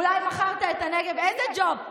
אולי מכרת את הנגב, איזה ג'וב?